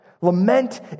Lament